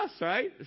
right